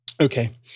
Okay